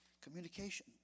Communication